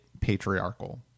patriarchal